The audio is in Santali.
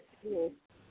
ᱦᱮᱸ